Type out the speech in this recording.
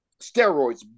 Steroids